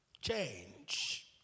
Change